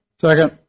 Second